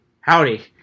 howdy